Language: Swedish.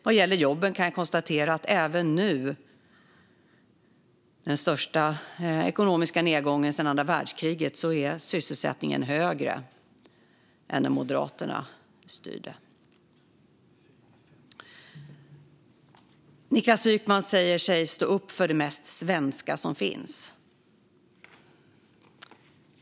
Vad gäller jobben kan jag konstatera att även nu, i den största ekonomiska nedgången sedan andra världskriget, är sysselsättningen högre än när Moderaterna styrde. Niklas Wykman säger sig stå upp för det mest svenska som finns.